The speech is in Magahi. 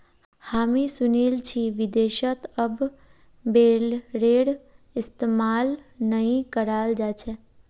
हामी सुनील छि विदेशत अब बेलरेर इस्तमाल नइ कराल जा छेक